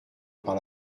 par